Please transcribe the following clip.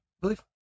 believe